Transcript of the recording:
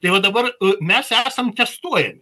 tai vau dabar mes esam testuojami